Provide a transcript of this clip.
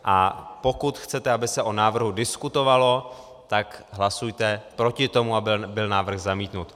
A pokud chcete, aby se o návrhu diskutovalo, tak hlasujte proti tomu, aby byl návrh zamítnut.